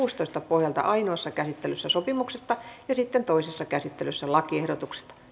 yksitoista pohjalta ainoassa käsittelyssä sopimuksesta ja sitten toisessa käsittelyssä lakiehdotuksesta